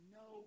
no